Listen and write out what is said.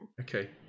Okay